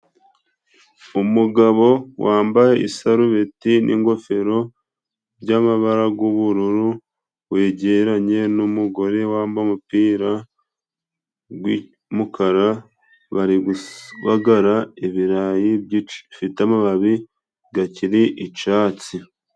Umugabo wambaye isarubeti, n'ingofero by'amabara y'ubururu, wegeranye n'umugore wambaye umupira w'umukara, bari kubagara ibirayi bifite amababi akiri icyatsi.